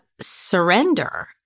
surrender